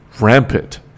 rampant